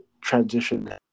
transition